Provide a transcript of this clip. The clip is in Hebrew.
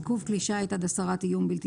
91.עיכוב כלי שיט עד הסרת איום בלתי